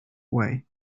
way